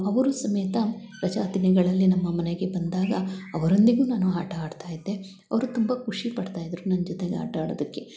ಅವರು ಸಮೇತ ರಜಾ ದಿನಗಳಲ್ಲಿ ನಮ್ಮ ಮನೆಗೆ ಬಂದಾಗ ಅವರೊಂದಿಗು ನಾನು ಆಟ ಆಡ್ತಾ ಇದ್ದೆ ಅವರು ತುಂಬ ಖುಷಿಪಡ್ತಾಯಿದ್ರು ನನ್ನ ಜೊತೆಗೆ ಆಟ ಆಡೋದಕ್ಕೆ